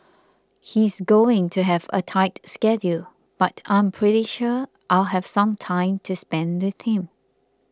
he's going to have a tight schedule but I'm pretty sure I'll have some time to spend with him